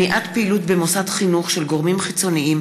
(מניעת פעילות במוסד חינוך של גורמים חיצוניים